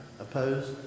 Opposed